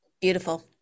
Beautiful